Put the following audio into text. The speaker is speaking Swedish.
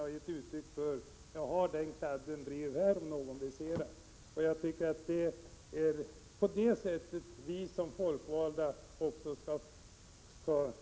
Jag har breven här om någon vill se dem. Jag tycker att det är på detta sätt som vi folkvalda skall föra debatten här i kammaren.